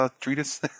treatise